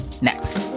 next